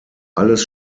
alles